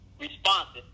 responsive